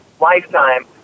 lifetime